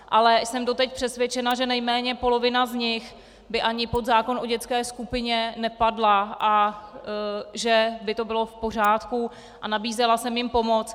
Ale jsem doteď přesvědčena, že nejméně polovina z nich by ani pod zákon o dětské skupině nepadla a že by to bylo v pořádku, a nabízela jsem jim pomoc.